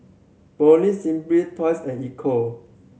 Poulet Simply Toys and Ecco